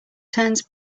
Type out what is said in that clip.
turns